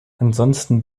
ansonsten